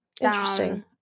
interesting